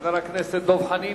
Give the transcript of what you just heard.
חבר הכנסת דב חנין.